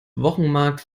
wochenmarkt